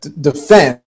defense